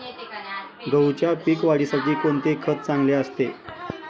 गहूच्या पीक वाढीसाठी कोणते खत चांगले असते?